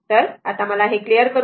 तर मला हे क्लिअर करू दे